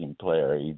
player